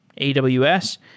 AWS